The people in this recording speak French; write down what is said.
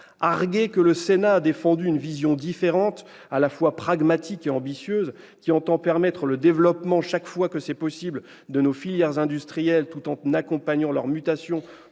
Arguer que le Sénat a défendu « une vision différente, à la fois pragmatique et ambitieuse, qui entend permettre le développement, chaque fois que c'est possible, de nos filières industrielles tout en accompagnant leur mutation